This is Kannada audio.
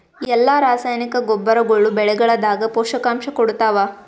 ಎಲ್ಲಾ ರಾಸಾಯನಿಕ ಗೊಬ್ಬರಗೊಳ್ಳು ಬೆಳೆಗಳದಾಗ ಪೋಷಕಾಂಶ ಕೊಡತಾವ?